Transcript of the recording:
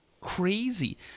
crazy